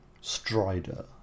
Strider